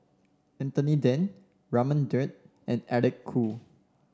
Anthony Then Raman Daud and Eric Khoo